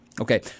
Okay